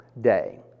day